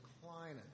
declining